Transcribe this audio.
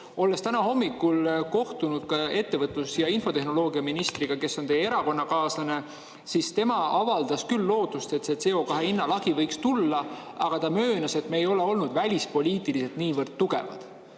täna hommikul ettevõtlus- ja infotehnoloogiaministriga, kes on teie erakonnakaaslane. Tema avaldas küll lootust, et CO2hinna lagi võiks tulla, aga ta möönis, et me ei ole olnud välispoliitiliselt [piisavalt] tugevad.